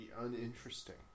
uninteresting